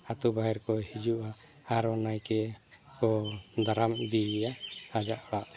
ᱟᱹᱛᱩ ᱵᱟᱦᱮᱨ ᱠᱚ ᱦᱤᱡᱩᱜᱼᱟ ᱟᱨᱚ ᱱᱟᱭᱠᱮ ᱠᱚ ᱫᱟᱨᱟᱢ ᱤᱫᱤᱭᱮᱭᱟ ᱟᱡᱟᱜ ᱚᱲᱟᱜᱛᱮ